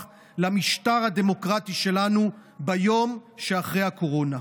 למשטר הדמוקרטי שלנו ביום שאחרי הקורונה.